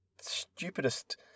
stupidest